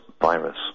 virus